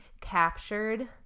captured